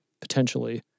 potentially